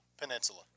Peninsula